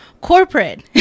Corporate